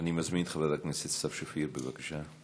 אני מזמין את חברת הכנסת סתיו שפיר, בבקשה.